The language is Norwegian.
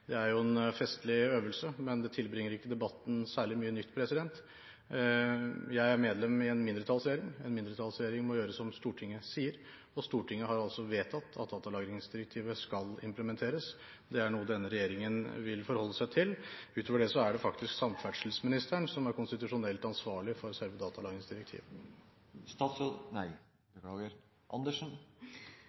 Det er jo en festlig øvelse, men det tilbringer ikke debatten særlig mye nytt. Jeg er medlem i en mindretallsregjering. En mindretallsregjering må gjøre som Stortinget sier, og Stortinget har altså vedtatt at datalagringsdirektivet skal implementeres. Det er noe denne regjeringen vil forholde seg til. Utover det er det faktisk samferdselsministeren som er konstitusjonelt ansvarlig for selve datalagringsdirektivet.